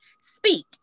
speak